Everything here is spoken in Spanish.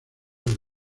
del